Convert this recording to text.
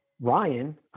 Ryan